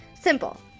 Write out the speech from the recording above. Simple